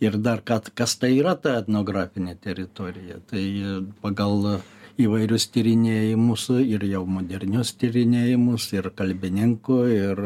ir dar kad kas tai yra ta etnografinė teritorija tai pagal įvairius tyrinėjimus ir jau modernius tyrinėjimus ir kalbininkų ir